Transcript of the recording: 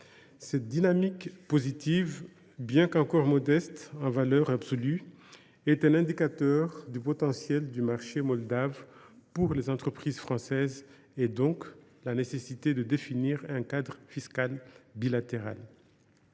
Cette dynamique positive, bien qu’elle soit encore modeste en valeur absolue, est révélatrice du potentiel du marché moldave pour les entreprises françaises et justifie de définir un cadre fiscal bilatéral.